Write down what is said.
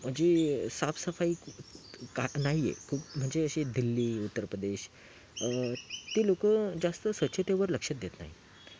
म्हणजे साफसफाई का नाही आहे खूप म्हणजे अशी दिल्ली उत्तर प्रदेश ते लोकं जास्त स्वच्छतेवर लक्ष देत नाही